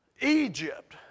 Egypt